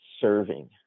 serving